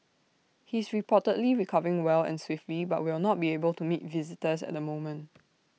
he is reportedly recovering well and swiftly but will not be able to meet visitors at the moment